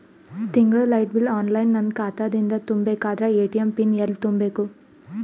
ತಿಂಗಳ light bill online ನನ್ನ ಖಾತಾ ದಿಂದ ತುಂಬಾ ಬೇಕಾದರ ಎ.ಟಿ.ಎಂ ಪಿನ್ ಎಲ್ಲಿ ತುಂಬೇಕ?